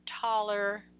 taller